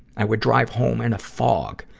i would drive home in a fog,